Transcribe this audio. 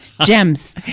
Gems